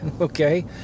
okay